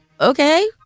okay